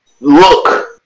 look